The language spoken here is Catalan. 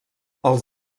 els